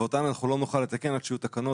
ואותן אנחנו לא נוכל לתקן עד שיהיו תקנות,